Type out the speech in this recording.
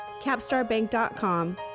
capstarbank.com